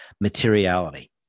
materiality